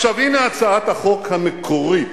עכשיו, הנה הצעת החוק המקורית,